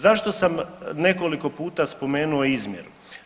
Zašto sam nekoliko puta spomenuo izmjeru?